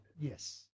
Yes